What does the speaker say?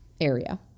area